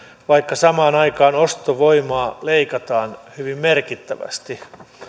vaikka samaan aikaan ostovoimaa leikataan hyvin merkittävästi